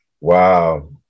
Wow